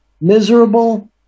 miserable